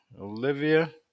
Olivia